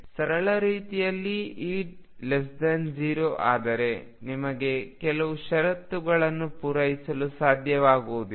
ಸರಳ ರೀತಿಯಲ್ಲಿ E0 ಆದರೆ ನಿಮಗೆ ಕೆಲವು ಷರತ್ತುಗಳನ್ನು ಪೂರೈಸಲು ಸಾಧ್ಯವಾಗುವುದಿಲ್ಲ